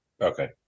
Okay